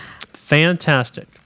fantastic